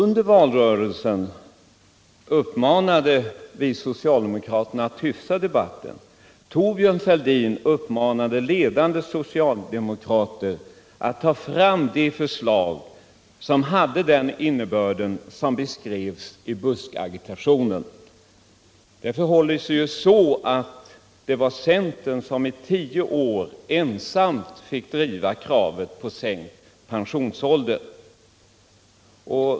I valrörelsen uppmanade vi socialdemokraterna att hyfsa debatten. Thorbjörn Fälldin uppmanade ledande socialdemokrater att ta fram de förslag som hade den innebörd som beskrevs i buskagitationen. Det var ju centern som under tio år ensam fick driva kravet på sänkt pensionsålder.